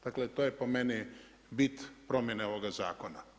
Dakle, to je po meni bit promjene ovoga zakona.